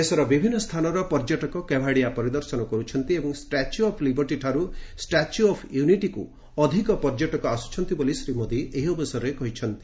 ଦେଶର ବିଭିନ୍ନ ସ୍ଥାନର ପର୍ଯ୍ୟଟକ କେୱାଡିଆ ପରିଦର୍ଶନ କରୁଛନ୍ତି ଏବଂ ଷ୍ଟାଚ୍ୟୁ ଅଫ୍ ଲିବର୍ଟୀ ଠାରୁ ଷ୍ଟାଚ୍ୟୁ ଅଫ୍ ୟୁନିଟିକୁ ଅଧିକ ପର୍ଯ୍ୟଟକ ଆସୁଛନ୍ତି ବୋଲି ଶ୍ରୀ ମୋଦି ଏହି ଅବସରରେ କହିଛନ୍ତି